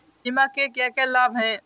बीमा के क्या क्या लाभ हैं?